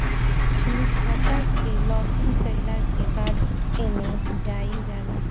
अपनी खाता के लॉगइन कईला के बाद एमे जाइल जाला